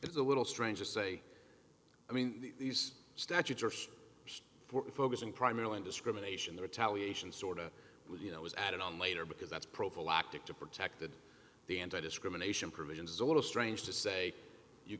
it's a little strange to say i mean these statutes are focusing primarily on discrimination the retaliation sort of you know was added on later because that's prophylactic to protect that the anti discrimination provisions is a little strange to say you